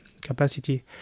capacity